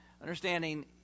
understanding